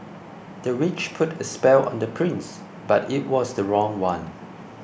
the witch put a spell on the prince but it was the wrong one